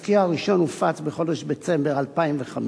התזכיר הראשון הופץ בחודש דצמבר 2005,